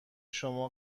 شما